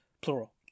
Plural